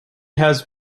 has